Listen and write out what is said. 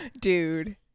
Dude